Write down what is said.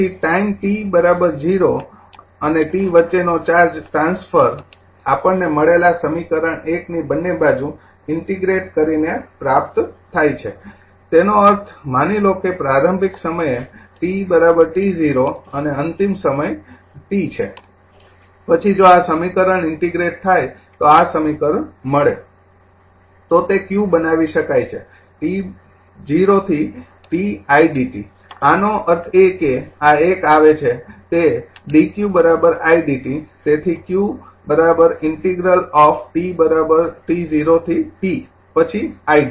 તેથી time t ૦ અને t વચ્ચેનો ચાર્જ ટ્રાન્સફર આપણને મળેલા સમીકરણ ૧ ની બંને બાજુ ઇન્તીગ્રેટ કરીને પ્રાપ્ત થાય છે તેનો અર્થ માની લો કે પ્રારંભિક સમયે t t ૦ અને અંતિમ સમય t છે પછી જો આ સમીકરણ ઇન્તીગ્રેટ થાય તો આ સમીકરણ મળે તો તે q બનાવી શકાય છે કે t ૦ થી t idt આનો અર્થ એ કે આ એક આવે છે તે dq i dt તેથી q ઇંતિગ્રલ ઓફ t ૦ થી t પછી idt